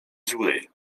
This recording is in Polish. zły